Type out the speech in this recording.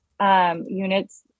units